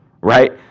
right